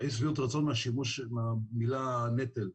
אי שביעות רצון משימוש המילה נטל.